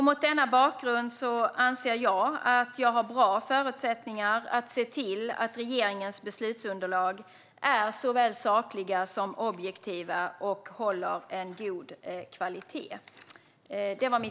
Mot denna bakgrund anser jag att jag har bra förutsättningar att se till att regeringens beslutsunderlag är såväl sakliga som objektiva och håller god kvalitet.